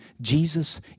Jesus